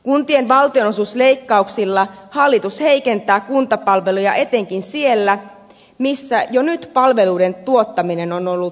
kuntien valtionosuusleikkauksilla hallitus heikentää kuntapalveluja etenkin siellä missä jo nyt palveluiden tuottaminen on ollut vaikeaa